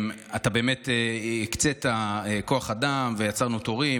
אתה באמת הקצית כוח אדם, ויצרנו תורים.